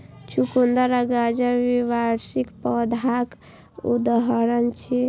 चुकंदर आ गाजर द्विवार्षिक पौधाक उदाहरण छियै